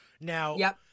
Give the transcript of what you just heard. Now